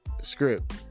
script